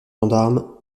gendarmes